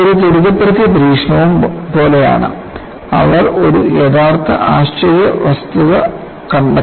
ഒരു ത്വരിതപ്പെടുത്തിയ പരീക്ഷണവും പോലെയാണ് അവർ ഒരു യഥാർത്ഥ ആശ്ചര്യ വസ്തുത കണ്ടെത്തി